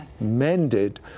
mended